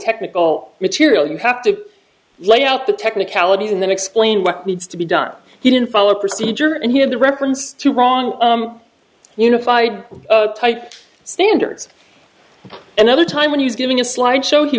technical material you have to lay out the technicalities and then explain what needs to be done he didn't follow procedure and he had the reference to wrong unified type standards another time when he was giving a slide show he